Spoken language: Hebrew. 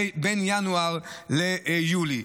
בין ינואר ליולי,